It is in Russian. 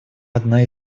одна